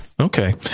Okay